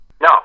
No